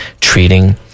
treating